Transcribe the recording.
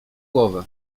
głowy